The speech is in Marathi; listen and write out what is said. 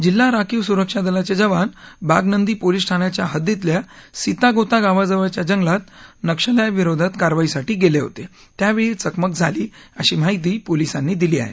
जिल्हा राखीव सुरक्षा दलाचे जवान बाघनंदी पोलीस ठाण्याच्या हद्दीतल्या सीतागोता गावजवळच्या जंगलात नक्षल्यांविरोधात कारवाईसाठी गेले होते त्यावेळी ही चकमक झाली अशी माहिती पोलीसांनी दिली आहे